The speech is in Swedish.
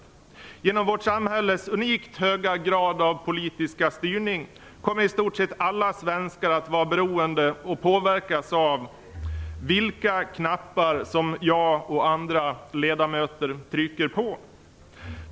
På grund av att vårt samhälle har en unikt hög grad av politisk styrning kommer i stort sett alla svenskar att vara beroende av och påverkas av vilka knappar som jag och andra ledamöter trycker på.